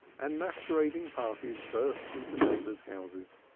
and masquerading parties burst into neighbors' houses.